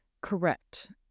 Correct